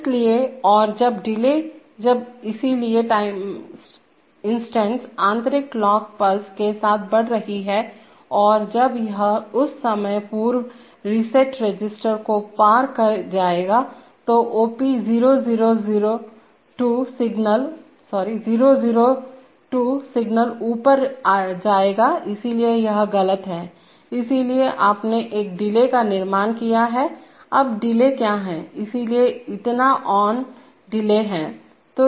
इसलिए और जब डिलेजबइसलिए टाइम इंस्टैंस आंतरिक क्लॉक पल्स के साथ बढ़ रही है और जब यह उस समय पूर्व प्रीसेट रजिस्टर को पार कर जाएगा तो OP002 सिग्नल ऊपर जाएगा इसलिए यह गलत है इसलिए आपने एक डिले का निर्माण किया है अब डिले क्या है इसलिए इतना ऑन डिले है